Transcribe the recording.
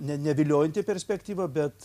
ne neviliojanti perspektyva bet